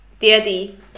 daddy